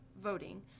voting